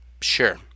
Sure